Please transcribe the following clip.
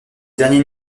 dernier